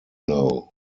know